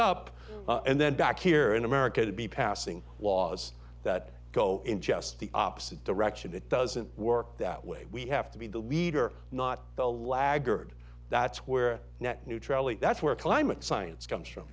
up and then back here in america to be passing laws that go in just the opposite direction it doesn't work that way we have to be the leader not the laggard that's where net neutrality that's where climate science comes from